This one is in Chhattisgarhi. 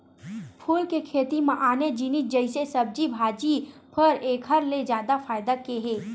फूल के खेती म आने जिनिस जइसे सब्जी भाजी, फर एखर ले जादा फायदा के हे